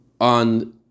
On